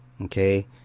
Okay